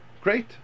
great